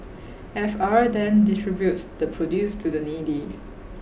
F R then distributes the produce to the needy